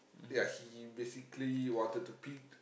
yeah he basically wanted to puke